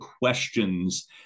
questions